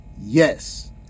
Yes